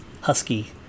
Husky